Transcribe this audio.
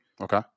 Okay